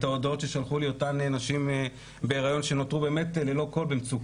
ההודעות ששלחו לי אותן נשים בהיריון שנותרו באמת במצוקה,